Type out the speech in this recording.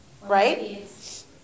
right